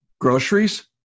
groceries